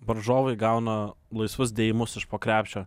varžovai gauna laisvus dėjimus iš po krepšio